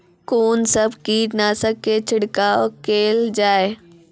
कून सब कीटनासक के छिड़काव केल जाय?